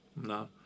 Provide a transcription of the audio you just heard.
no